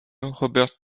robert